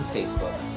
Facebook